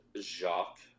Jacques